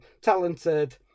talented